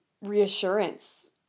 reassurance